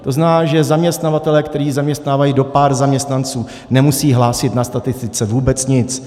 To znamená, že zaměstnavatelé, kteří zaměstnávají do pár zaměstnanců, nemusí hlásit na statistice vůbec nic.